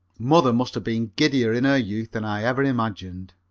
mother must have been giddier in her youth than i ever imagined.